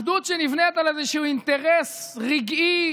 אחדות שנבנית על איזשהו אינטרס רגעי,